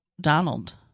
Donald